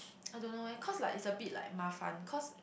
I don't know eh cause like it's a bit like 麻烦:mafan cause